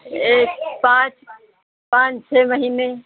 यह पाँच पाँच छः महीने